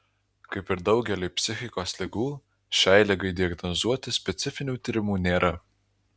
kaip ir daugeliui psichikos ligų šiai ligai diagnozuoti specifinių tyrimų nėra